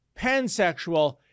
pansexual